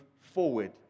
forward